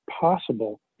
possible